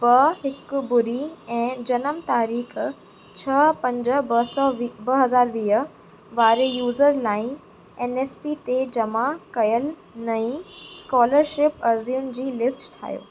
ॿ हिकु ॿुड़ी ऐं जनम तारीख़ छह पंज ॿ सौ वीह ॿ हजार वीह वारे यूज़र लाइ एनएसपी ते जमा कयल नई स्कोलर्शिप अर्ज़ियुनि जी लिस्ट ठाहियो